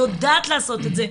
היא יודעת לעשות את זה,